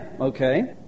Okay